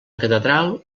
catedral